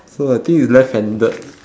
so I think it's left handed